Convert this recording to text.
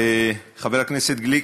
חבר הכנסת גליק,